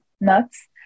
nuts